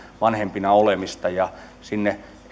vanhempina olemista ja sinne